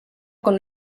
con